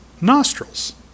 nostrils